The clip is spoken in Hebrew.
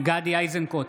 גדי איזנקוט,